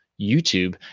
YouTube